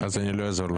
אז אני לא אעזור לך.